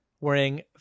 wearing